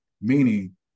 Meaning